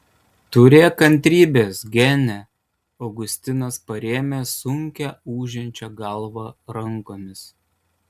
turėk kantrybės gene augustinas parėmė sunkią ūžiančią galvą rankomis